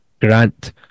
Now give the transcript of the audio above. Grant